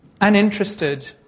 uninterested